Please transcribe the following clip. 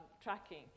tracking